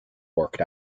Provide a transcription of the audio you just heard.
worked